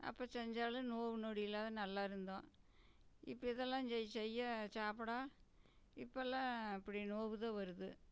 அப்போ செஞ்சாலும் நோவு நொடி இல்லாத நல்லா இருந்தோம் இப்போ இதெல்லாம் செய் செய்ய சாப்பிட இப்போல்லாம் இப்படி நோவுதான் வருது